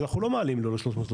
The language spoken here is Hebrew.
אנחנו לא מעלים לו ל-330,